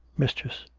mistress,